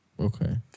Okay